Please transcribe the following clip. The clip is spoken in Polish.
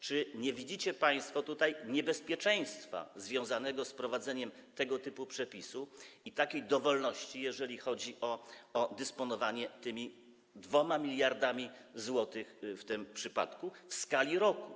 Czy nie widzicie państwo tutaj niebezpieczeństwa związanego z wprowadzeniem tego typu przepisu i takiej dowolności, jeżeli chodzi o dysponowanie tymi 2 mld zł w tym przypadku w skali roku?